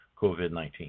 COVID-19